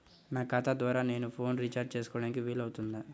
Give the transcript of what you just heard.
నా ఖాతా ద్వారా నేను ఫోన్ రీఛార్జ్ చేసుకోవడానికి వీలు అవుతుందా?